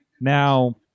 Now